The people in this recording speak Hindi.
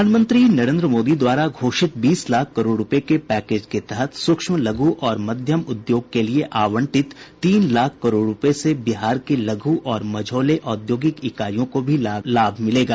प्रधानमंत्री नरेन्द्र मोदी द्वारा घोषित बीस लाख करोड़ रूपये के पैकेज के तहत सूक्ष्म लघु और मध्यम उद्योग के लिये आवंटित तीन लाख करोड़ रूपये से बिहार के लघु और मझौले औद्योगिक इकाईयों को भी लाभ मिलेगा